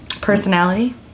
Personality